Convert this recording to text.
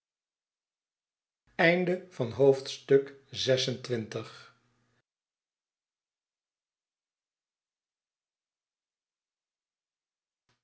slot van het